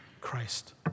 Christ